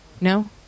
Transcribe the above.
No